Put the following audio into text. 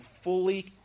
fully